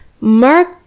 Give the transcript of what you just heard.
mark